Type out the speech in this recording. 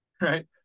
right